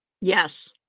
Yes